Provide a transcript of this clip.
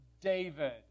David